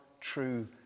true